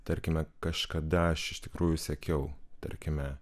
tarkime kažkada aš iš tikrųjų sekiau tarkime